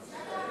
למה,